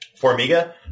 Formiga